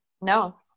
No